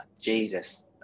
Jesus